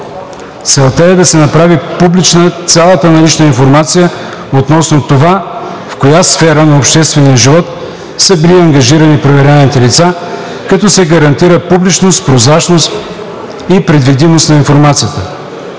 Целта е да се направи публична цялата налична информация относно това в коя сфера на обществения живот са били ангажирани проверяваните лица, като се гарантира публичност, прозрачност и проследимост на информацията.